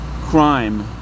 crime